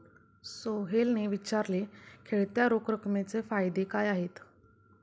सोहेलने विचारले, खेळत्या रोख रकमेचे फायदे काय आहेत?